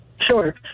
Sure